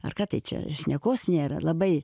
ar ką tai čia šnekos nėra labai